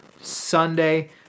Sunday